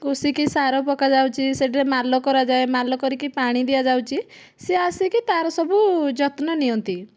କୁଶି କି ସାର ପକାଯାଉଛି ସେଥିରେ ମାଲ କରାଯାଏ ମାଲ କରିକି ପାଣି ଦିଆଯାଉଛି ସେ ଆସିକି ତାର ସବୁ ଯତ୍ନ ନିଅନ୍ତି